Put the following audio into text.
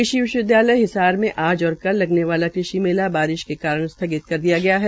कृषि विश्वविद्यालय हिसार में आज और कल लगने वाला कृषि मेला बारिश के कारण स्थगित कर दिया गया है